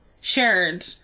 shared